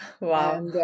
Wow